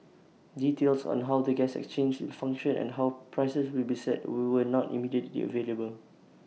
details on how the gas exchange will function and how prices will be set we were not immediately the available